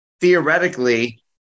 Theoretically